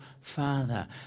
Father